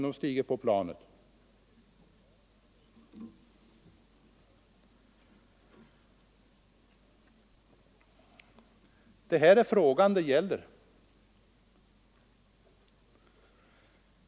Det är den frågan det gäller.